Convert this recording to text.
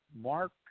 Mark